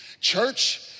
Church